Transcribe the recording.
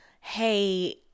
hey